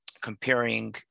comparing